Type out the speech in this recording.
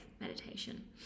meditation